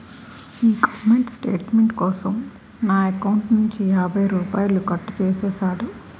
ఈ comment statement కోసం నా ఎకౌంటు నుంచి యాభై రూపాయలు కట్టు చేసేసాడు